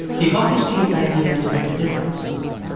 he got to see his ideas make a difference.